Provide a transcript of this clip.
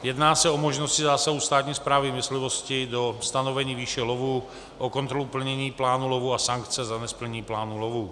Jedná se o možnosti zásahu státní správy myslivosti do ustanovení výše lovu, o kontrolu plnění plánu lovu a sankce za nesplnění plánu lovu.